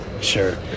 sure